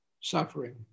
Suffering